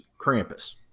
Krampus